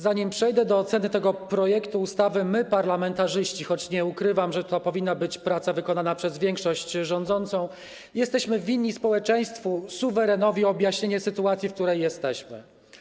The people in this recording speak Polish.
Zanim przejdę do oceny tego projektu ustawy - my, parlamentarzyści, choć nie ukrywam, że to powinna być praca wykonana przez większość rządzącą, jesteśmy winni społeczeństwu, suwerenowi, objaśnienie sytuacji, w której jesteśmy.